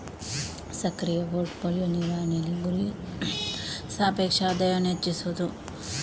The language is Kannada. ಸಕ್ರಿಯ ಪೋರ್ಟ್ ಫೋಲಿಯೊ ನಿರ್ವಹಣೆಯಲ್ಲಿ, ಗುರಿಯು ಸಾಪೇಕ್ಷ ಆದಾಯವನ್ನು ಹೆಚ್ಚಿಸುವುದು